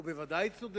הוא בוודאי צודק.